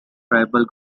tribal